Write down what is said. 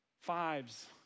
Fives